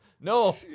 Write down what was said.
No